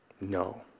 No